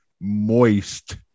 moist